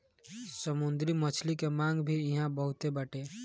समुंदरी मछली के मांग भी इहां बहुते बाटे